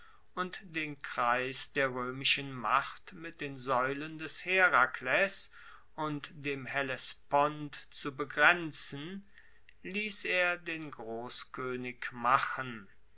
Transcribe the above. und den kreis der roemischen macht mit den saeulen des herakles und dem hellespont zu begrenzen liess er den grosskoenig machen